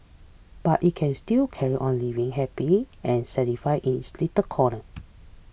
but it can still carry on living happy and satisfied in its little corner